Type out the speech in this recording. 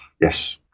Yes